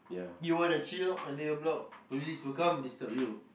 you want to chill under your block police will come disturb you